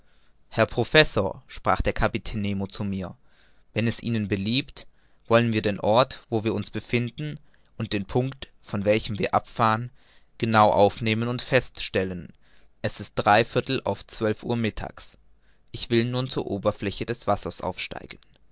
herr professor sprach der kapitän nemo zu mir wenn es ihnen beliebt wollen wir den ort wo wir uns befinden und den punkt von welchem wir abfahren genau aufnehmen und feststellen es ist drei viertel auf zwölf uhr mittags ich will nun zur oberfläche des wassers aufsteigen